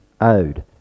owed